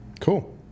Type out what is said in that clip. Cool